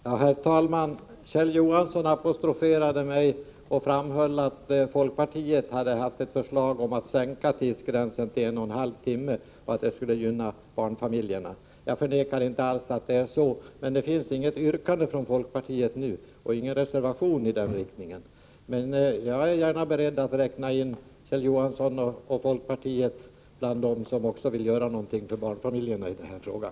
Herr talman! Kjell Johansson apostroferade mig och framhöll att folkpartiet hade väckt ett förslag om att sänka tidsgränsen till en och en halv timme och att det skulle gynna barnfamiljerna. Jag förmodar inte att det är så. Men folkpartiet har inget yrkande nu i den riktningen, och man har inte heller fogat någon reservation till betänkandet. Men jag är beredd att räkna in också Kjell Johansson och folkpartiet bland dem som vill göra någonting för barnfamiljerna i den här frågan.